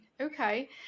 Okay